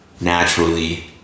naturally